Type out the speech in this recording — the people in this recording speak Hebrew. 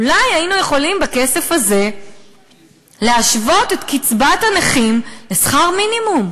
אולי היינו יכולים בכסף הזה להשוות את קצבת הנכים לשכר מינימום.